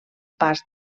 pas